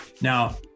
Now